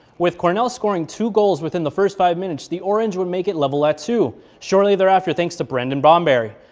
with cornell scoring two goals within the first five minutes. the orange would make it level at two shortly thereafter thanks to brendan bomberry.